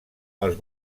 els